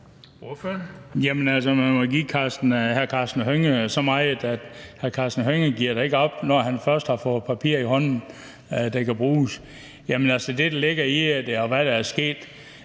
Hønge så meget, at hr. Karsten Hønge ikke giver op, når han først har fået et papir i hånden, der kan bruges. Jamen altså, det, der ligger i det, og det, der er sket